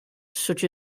such